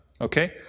Okay